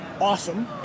Awesome